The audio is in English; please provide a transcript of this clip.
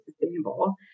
sustainable